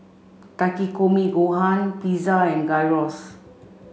Takikomi Gohan Pizza and Gyros